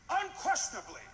unquestionably